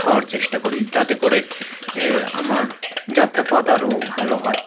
খাওয়ার চেষ্টা করি তাতে করে এ আমার যাত্রাপথ আরও ভালো হয়